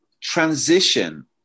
transition